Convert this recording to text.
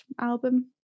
album